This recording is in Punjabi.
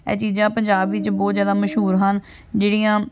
ਇਹ ਚੀਜ਼ਾਂ ਪੰਜਾਬ ਵਿੱਚ ਬਹੁਤ ਜ਼ਿਆਦਾ ਮਸ਼ਹੂਰ ਹਨ ਜਿਹੜੀਆਂ